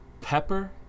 Pepper